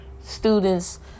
students